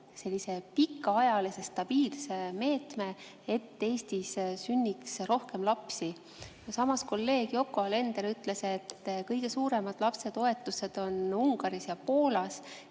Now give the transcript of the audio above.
sellise pikaajalise stabiilse meetme, et Eestis sünniks rohkem lapsi. Samas, kolleeg Yoko Alender ütles, et kõige suuremad lapsetoetused on Ungaris ja Poolas.